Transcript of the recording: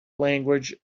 language